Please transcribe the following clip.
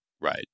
Right